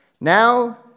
Now